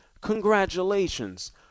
congratulations